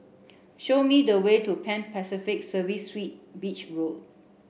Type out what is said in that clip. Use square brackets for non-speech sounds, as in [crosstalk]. show me the way to Pan Pacific Serviced [unintelligible] Beach Road